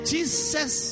Jesus